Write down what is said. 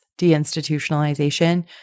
deinstitutionalization